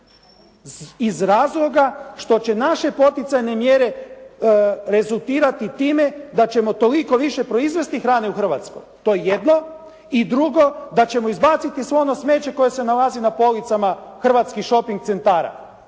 Iz razloga što će naše poticajne mjere rezultirati time da ćemo toliko više proizvesti hrane u Hrvatskoj. To je jedno. I drugo da ćemo izbaciti sve ono smeće koje se nalazi na policama hrvatskih shoping centara.